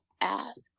ask